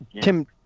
Tim